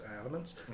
elements